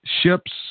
ships